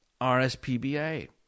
rspba